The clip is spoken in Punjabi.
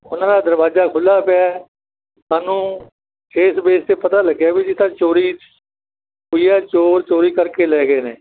ਉਹਨਾਂ ਦਾ ਦਰਵਾਜ਼ਾ ਖੁੱਲ੍ਹਾ ਪਿਆ ਸਾਨੂੰ ਫੇਸ ਬੇਸ ਤੋਂ ਪਤਾ ਲੱਗਿਆ ਵੀ ਜੇ ਤਾਂ ਚੋਰੀ ਹੋਈ ਆ ਚੋਰ ਚੋਰੀ ਕਰਕੇ ਲੈ ਗਏ ਨੇ